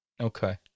Okay